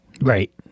right